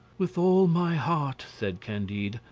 with all my heart, said candide,